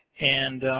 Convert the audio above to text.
and